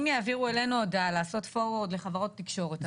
אם יעבירו אלינו הודעה לעשות פורוורד לחברות תקשורת,